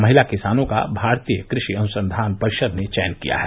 महिला किसानों का भारतीय कृषि अनुसंधान परिषद् ने चयन किया है